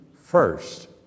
first